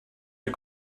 are